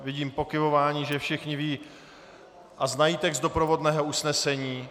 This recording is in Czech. Vidím pokyvování, že všichni vědí a znají text doprovodného usnesení.